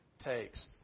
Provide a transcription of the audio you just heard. takes